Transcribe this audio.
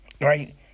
Right